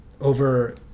over